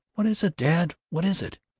what is it, dad, what is it?